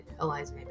Eliza